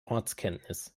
ortskenntnis